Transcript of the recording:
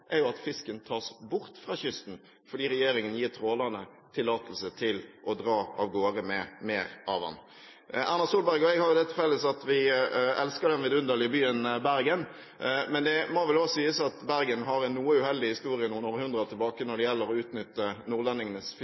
at fisken tas bort fra kysten fordi regjeringen gir trålerne tillatelse til å dra av gårde med mer av fisken. Erna Solberg og jeg har det til felles at vi elsker den vidunderlige byen Bergen, men det må vel også sies at Bergen har en noe uheldig historie, noen hundre år tilbake, når det gjelder å utnytte nordlendingenes